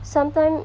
sometime